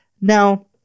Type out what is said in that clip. Now